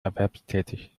erwerbstätig